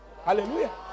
Hallelujah